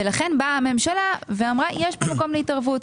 ולכן באה הממשלה ואמרה יש מקום להתערבות,